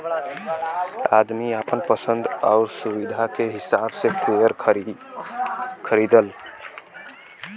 आदमी आपन पसन्द आउर सुविधा के हिसाब से सेअर खरीदला